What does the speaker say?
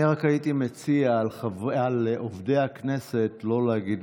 אני רק הייתי מציע לא להגיד על עובדי הכנסת "משקרים",